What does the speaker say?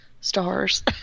stars